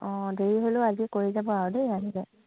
অঁ দেৰি হ'লেও আজি কৰি যাব আৰু দেই আহিলে